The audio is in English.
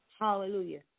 Hallelujah